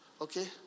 okay